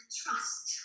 trust